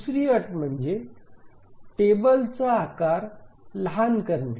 दुसरी अट म्हणजे टेबलचा आकार लहान करणे